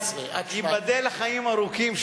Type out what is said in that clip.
עד 17. ייבדל לחיים ארוכים,